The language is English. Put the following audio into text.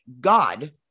God